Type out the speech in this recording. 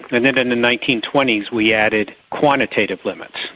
then and in the nineteen twenty s we added quantitative limits.